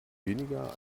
weniger